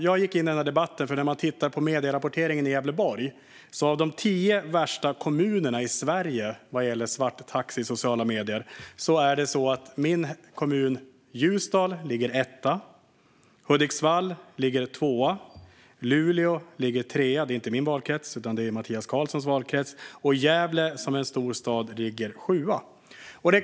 Om man tittar på medierapporteringen kan man se att bland de tio värsta kommunerna i Sverige när det gäller svarttaxi i sociala medier ligger min hemkommun Ljusdal etta, Hudiksvall ligger tvåa, Luleå ligger trea - det är inte min valkrets utan Mattias Karlssons - och Gävle, som är en stor stad, ligger sjua.